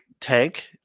tank